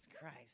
Christ